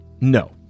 No